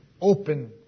open